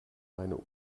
meine